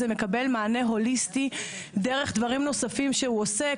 מקבל מענה הוליסטי דרך דברים נוספים שהוא עושה.